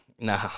nah